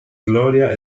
gloria